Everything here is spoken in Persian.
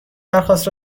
درخواست